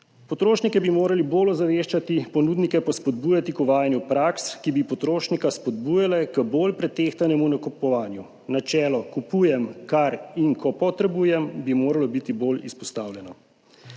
Potrošnike bi morali bolj ozaveščati, ponudnike pa spodbujati k uvajanju praks, ki bi potrošnika spodbujale k bolj pretehtanemu nakupovanju. Načelo, kupujem kar in ko potrebujem, bi moralo biti bolj izpostavljeno.